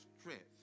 strength